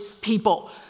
people